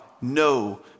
no